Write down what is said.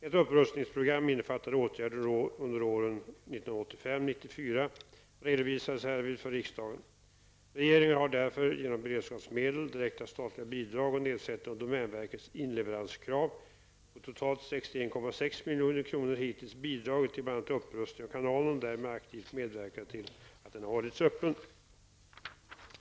Ett upprustningsprogram innefattande åtgärder under åren 1985--1994 redovisades härvid för riksdagen. Regeringen har därför genom beredskapsmedel, direkta statliga bidrag och nedsättning av domänverkets inleveranskrav på totalt 61,6 milj.kr. hittills bidragit till bl.a. upprustning av kanalen och därmed aktivt medverkat till att den hållits öppen.